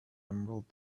emerald